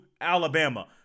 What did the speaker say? Alabama